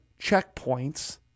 checkpoints